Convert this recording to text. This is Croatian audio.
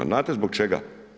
Znate zbog čega?